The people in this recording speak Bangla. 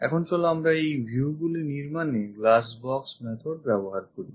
এখন চলো আমরা এই viewগুলি নির্মাণে glass box method ব্যবহার করি